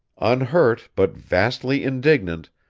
unhurt but vastly indignant,